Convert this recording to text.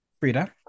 Frida